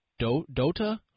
Dota